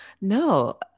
No